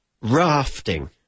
rafting